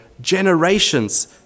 generations